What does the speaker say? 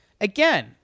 again